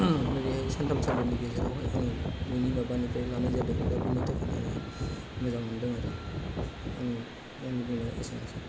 ओरैहाय सानथाम सानब्रैनि गेजेरावहाय आङो बिनि माबानिफ्राय लानाय जादों दा बिनि थाखायनो आङो मोजां मोन्दों आरो आंनि बुंनाया एसेनोसै